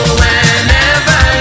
whenever